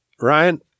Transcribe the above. Ryan